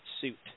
suit